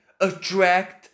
attract